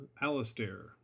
Alistair